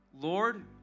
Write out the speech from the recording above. Lord